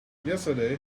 yesterday